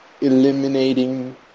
eliminating